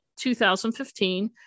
2015